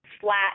flat